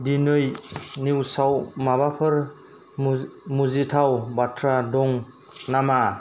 दिनै निउसाव माबाफोर मुज मुजिथाव बाथ्रा दं नामा